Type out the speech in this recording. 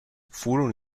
furono